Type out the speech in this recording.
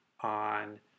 on